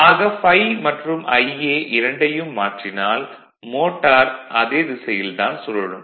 ஆக ∅ மற்றும் Ia இரண்டையும் மாற்றினால் மோட்டார் அதே திசையில் தான் சுழலும்